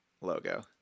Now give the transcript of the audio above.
logo